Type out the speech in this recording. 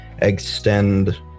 extend